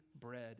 bread